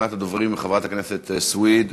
אחרונת הדוברים היא חברת הכנסת סויד.